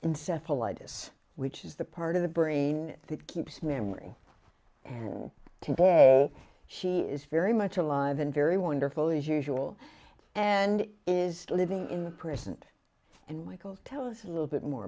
is which is the part of the brain that keeps memory and he is very much alive and very wonderful as usual and is living in the present and michael tell us a little bit more